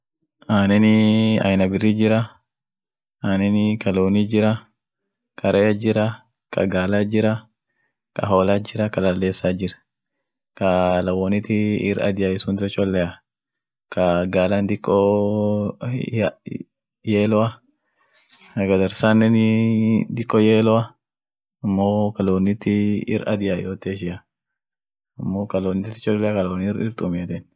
Beneja biriit jira, ka sagale kaskaeniit jira ka sagale ibid iriit kaskaeniit jira ka lafiit kaskaenit jirai. dumii akas tumieten, ka lafiit kas kaen sun itjijifeteni, iskuuni wolum kasdaabeni duumii, akumsunii wotdaaneni irafuuden, duum akas daabetenie, akasiin nyaaten duum amo iskuun lafiit kaskaeten